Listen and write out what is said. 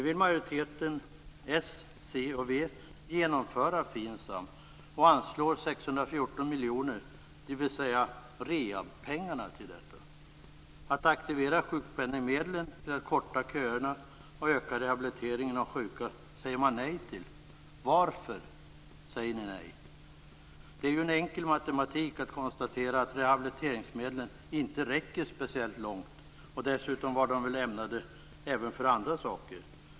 FINSAM och anslår 614 miljoner, dvs. rehabpengarna, till detta. Att aktivera sjukpenningsmedlen till att korta köerna och öka rehabilitering av sjuka säger man nej till. Varför säger ni nej? Det är ju enkel matematik att konstatera att rehabiliteringsmedlen inte räcker speciellt långt. Dessutom var de ämnade även för andra saker.